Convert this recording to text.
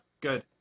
Good